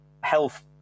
health